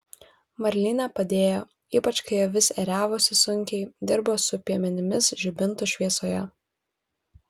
marlinė padėjo ypač kai avis ėriavosi sunkiai dirbo su piemenimis žibintų šviesoje